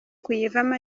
kuyivamo